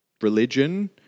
religion